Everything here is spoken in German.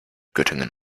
göttingen